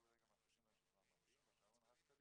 כל רגע מבטיחים להם שכבר ממריאים והשעון רץ קדימה.